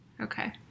Okay